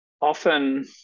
often